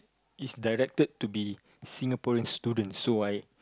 is directed to be Singaporean students so I